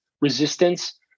resistance